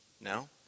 now